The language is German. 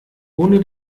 ohne